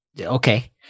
okay